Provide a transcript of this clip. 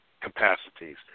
Capacities